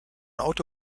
auto